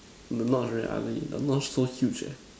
the knots very ugly the knots so huge eh